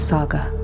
Saga